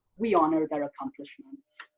we honor their accomplishments.